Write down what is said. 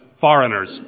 foreigners